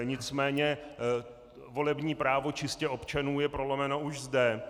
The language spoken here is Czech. Nicméně volební právo čistě občanů je prolomeno už zde.